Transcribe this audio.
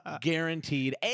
guaranteed